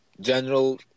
General